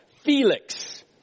Felix